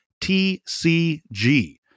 tcg